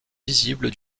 visible